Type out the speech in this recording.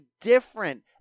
different